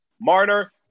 Marner